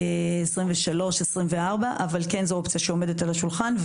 זה אופציה שעומדת על השולחן.